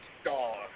Star